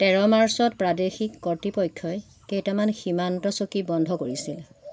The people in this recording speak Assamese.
তেৰ মাৰ্চত প্ৰাদেশিক কৰ্তৃপক্ষই কেইটামান সীমান্ত চকী বন্ধ কৰিছিল